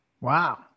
Wow